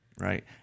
Right